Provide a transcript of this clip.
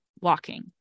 walking